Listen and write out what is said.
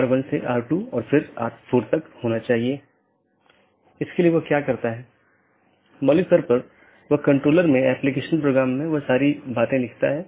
इसलिए चूंकि यह एक पूर्ण मेश है इसलिए पूर्ण मेश IBGP सत्रों को स्थापित किया गया है यह अपडेट को दूसरे के लिए प्रचारित नहीं करता है क्योंकि यह जानता है कि इस पूर्ण कनेक्टिविटी के इस विशेष तरीके से अपडेट का ध्यान रखा गया है